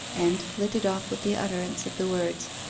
and flitted off with the utterance of the words.